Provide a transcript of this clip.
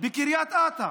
בקריית אתא.